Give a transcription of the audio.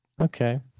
okay